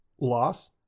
loss